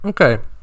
Okay